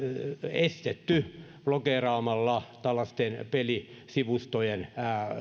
estetty blokeeraamalla tällaisten pelisivustojen